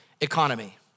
economy